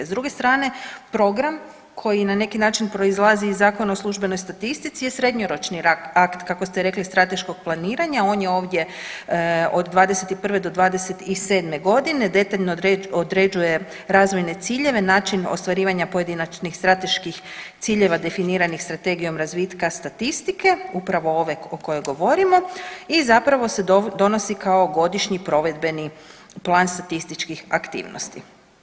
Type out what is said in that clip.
S druge strane program koji na neki način proizlazi iz Zakona o službenoj statistici je srednjoročni akt kako ste rekli strateškog planiranja, on je ovdje od dvadeset i prve do dvadeset i sedme godine detaljno određuje razvojne ciljeve, način ostvarivanja pojedinačnih strateških ciljeva definiranih Strategijom razvitka statistike upravo ove o kojoj govorimo i zapravo se donosi kao godišnji provedbeni plan statističkih aktivnosti.